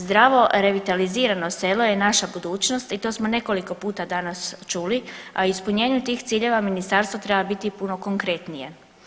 Zdravo revitalizirano selo je naša budućnost i to smo nekoliko puta danas čuli, a ispunjenju tih ciljeva ministarstvo treba biti i puno konkretnije.